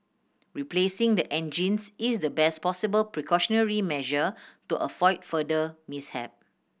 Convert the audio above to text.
replacing the engines is the best possible precautionary measure to avoid further mishap